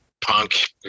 punk